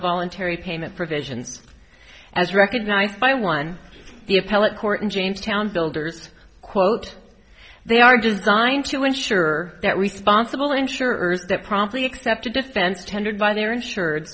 voluntary payment provisions as recognized by one the appellate court in jamestown builders quote they are designed to ensure that responsible insurers that promptly accept a defense tendered by their insured